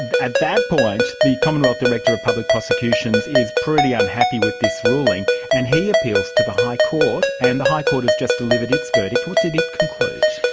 at that point the commonwealth director of public prosecutions is pretty unhappy with this ruling and he appeals to the high court, and the high court has just delivered its verdict. what did it conclude?